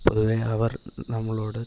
പൊതുവെ അവർ നമ്മളോട്